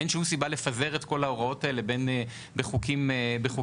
אין שום סיבה לפזר את כל ההוראות האלה בחוקים שונים,